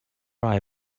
write